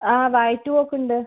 ആ വയറ്റു പോക്ക് ഉണ്ട്